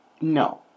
no